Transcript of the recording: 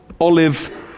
olive